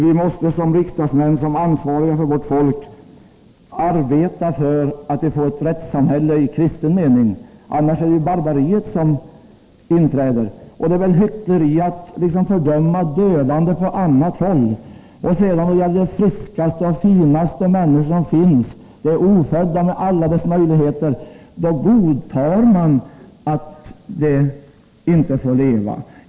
Vi måste som riksdagsmän, som ansvariga för vårt folk, arbeta för att få ett rättssamhälle i kristen mening — annars inträder barbariet. Det är väl hyckleri att fördöma dödande på annat håll samtidigt som man godtar att de friskaste och finaste människor som finns, de ofödda med alla deras möjligheter, inte skall ha rätten till livet.